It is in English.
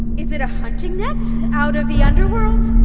is it a hunting net out of the underworld?